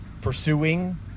pursuing